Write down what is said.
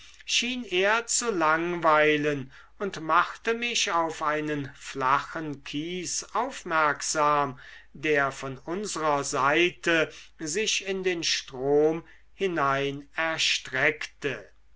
er zu langweilen und machte mich auf einen flachen kies aufmerksam der von unserer seite sich in den strom hinein erstreckte